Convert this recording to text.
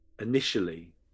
initially